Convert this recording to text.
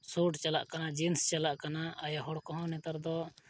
suit ᱪᱟᱞᱟᱜ ᱠᱟᱱᱟ jeans ᱪᱟᱞᱟᱜ ᱠᱟᱱᱟ ᱟᱭᱳ ᱦᱚᱲ ᱠᱚᱦᱚᱸ ᱱᱮᱛᱟᱨ ᱫᱚ